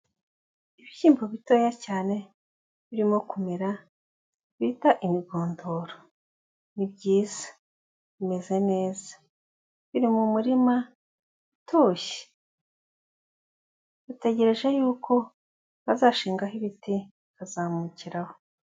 Ibishyimbo bitoya cyane birimo kumera bita imigondora, ni byiza bimeze neza biri mu murima utoshye bitegereje y'uko bazashingaho ibiti bikazamukiraho